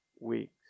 weeks